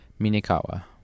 minikawa